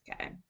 okay